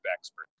expert